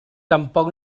tampoc